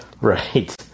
right